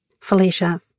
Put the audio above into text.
Felicia